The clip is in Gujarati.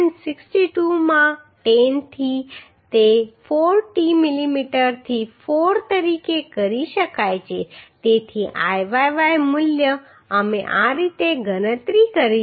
62 માં 10 થી તે 4 t મિલીમીટરથી 4 તરીકે કરી શકાય છે તેથી Iyy મૂલ્ય અમે આ રીતે ગણતરી કરી છે